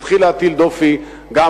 יתחיל להטיל דופי גם,